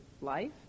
life